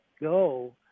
go